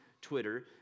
Twitter